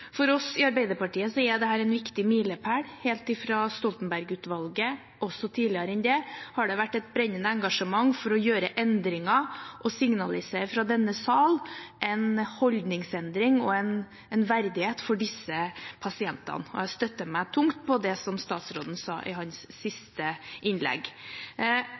For oss i Arbeiderpartiet er dette en viktig milepæl. Helt fra Stoltenberg-utvalget, og også tidligere enn det, har det vært et brennende engasjement for å gjøre endringer og signalisere fra denne sal en holdningsendring og en verdighet for disse pasientene, og jeg støtter meg tungt på det som statsråden sa i sitt siste innlegg.